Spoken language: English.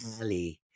Ali